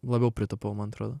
labiau pritapau man atrodo